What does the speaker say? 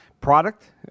product